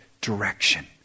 direction